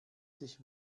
sich